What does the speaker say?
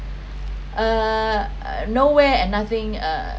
err nowhere and nothing uh